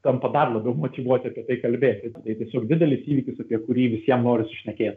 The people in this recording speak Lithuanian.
tampa dar labiau motyvuoti apie tai kalbėti na tai tiesiog didelis įvykis apie kurį visiem norisi šnekėt